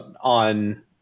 on